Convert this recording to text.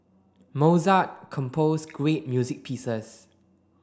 Mozart compose great music pieces